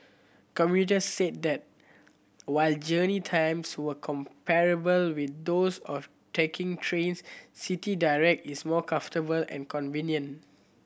commuters said that while journey times were comparable with those of taking trains City Direct is more comfortable and convenient